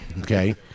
Okay